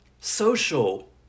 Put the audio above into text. social